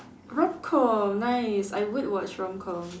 rom-com nice I would watch rom-com